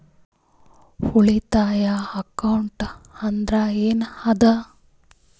ಉಳಿತಾಯ ಅಕೌಂಟ್ ಅಂದ್ರೆ ಏನ್ ಅದ?